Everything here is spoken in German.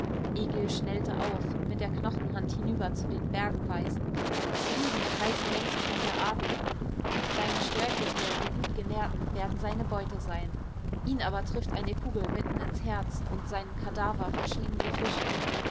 egil schnellte auf mit der knochenhand hinüber zu den bergen weisend drüben kreist längst schon der adler die kleinen störche hier die gutgenährten werden seine beute sein ihn aber trifft eine kugel mitten ins herz und seinen kadaver verschlingen die fische